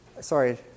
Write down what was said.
Sorry